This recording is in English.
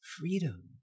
freedom